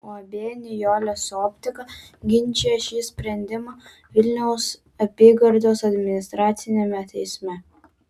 uab nijolės optika ginčija šį sprendimą vilniaus apygardos administraciniame teisme